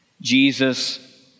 Jesus